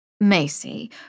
Macy